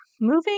moving